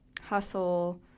hustle